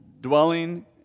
dwelling